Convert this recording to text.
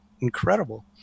incredible